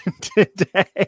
today